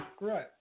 Right